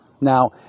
Now